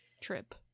trip